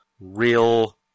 real